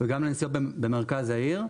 וגם לנסיעות במרכז העיר,